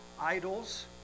idols